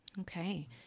Okay